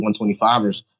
125ers